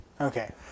Okay